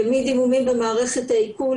מדימומים במערכת העיכול,